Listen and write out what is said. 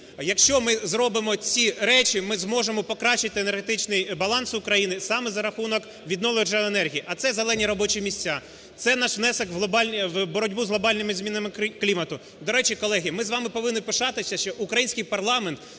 Якщо ми зробимо ці речі, ми зможемо покращити енергетичний баланс України саме за рахунок відновлювальних джерел енергії. А це "зелені" робочі місця, це наш внесок в боротьбу з глобальними змінами клімату. До речі, колеги, ми з вами повинні пишатися, що український парламент